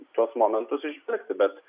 tuos momentus įžvelgti bet